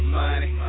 money